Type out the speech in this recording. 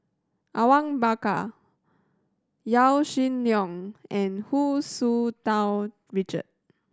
Awang Bakar Yaw Shin Leong and Hu Tsu Tau Richard